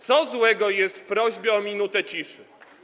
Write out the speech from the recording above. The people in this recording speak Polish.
Co złego jest w prośbie o minutę ciszy?